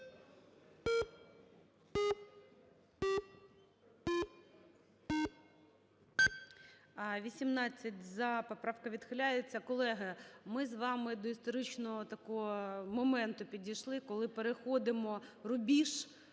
За-18 Поправка відхиляється. Колеги, ми з вами до історичного такого моменту підійшли, коли переходимо рубіж